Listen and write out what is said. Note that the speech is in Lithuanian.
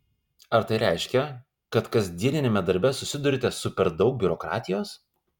ar tai reiškia kad kasdieniame darbe susiduriate su per daug biurokratijos